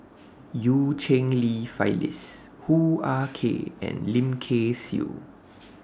EU Cheng Li Phyllis Hoo Ah Kay and Lim Kay Siu